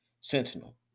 sentinel